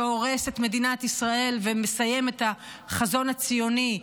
שהורס את מדינת ישראל ומסיים את החזון הציוני,